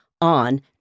on